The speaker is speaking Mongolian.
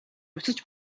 буцаж